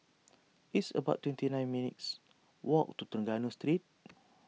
it's about twenty nine minutes' walk to Trengganu Street